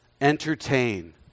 entertain